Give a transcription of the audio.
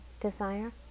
desire